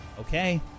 Okay